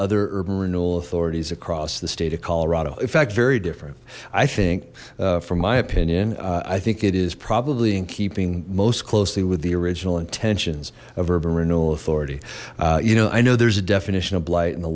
other urban renewal authorities across the state of colorado in fact very different i think from my opinion i think it is probably in keeping most closely with the original intentions of urban renewal authority you know i know there's a definition of blight and the